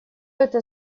это